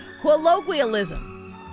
colloquialism